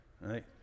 right